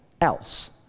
else